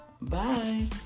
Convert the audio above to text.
bye